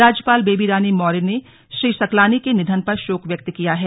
राज्यपाल बेबी रानी मौर्य ने श्री सकलानी के निधन पर शोक व्यक्त किया है